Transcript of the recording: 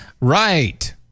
Right